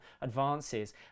advances